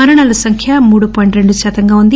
మరణాల సంఖ్య మూడు పాయింట్ రెండు శాతంగా ఉంది